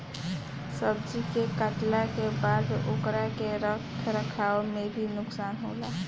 सब्जी के काटला के बाद ओकरा के रख रखाव में भी नुकसान होला